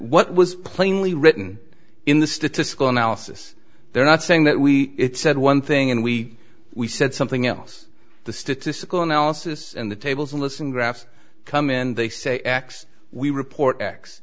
what was plainly written in the statistical analysis they're not saying that we said one thing and we we said something else the statistical analysis and the tables and listen graphs come in they say x we report